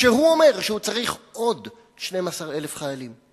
כשהוא אומר שהוא צריך עוד 12,000 חיילים.